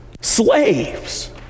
slaves